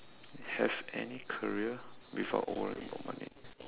have any career without worrying about money